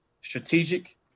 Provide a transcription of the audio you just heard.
strategic